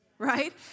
right